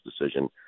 decision